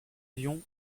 avions